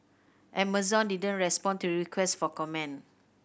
Amazon didn't respond to requests for comment